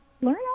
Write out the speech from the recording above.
learn